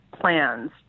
plans